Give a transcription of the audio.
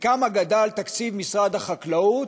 בכמה גדל תקציב משרד החקלאות,